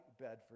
Bedford